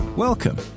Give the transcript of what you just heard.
Welcome